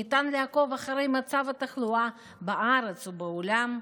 ניתן לעקוב אחרי מצב התחלואה בארץ ובעולם.